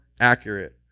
accurate